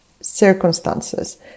circumstances